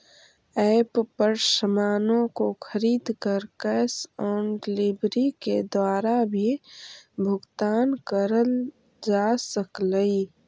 app पर सामानों को खरीद कर कैश ऑन डिलीवरी के द्वारा भी भुगतान करल जा सकलई